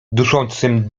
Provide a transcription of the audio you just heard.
duszącym